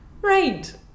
right